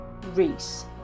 Reese